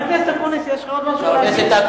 חבר הכנסת אקוניס, יש לך עוד משהו להגיד?